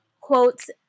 quotes